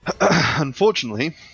Unfortunately